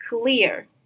clear